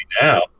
now